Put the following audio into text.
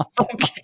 Okay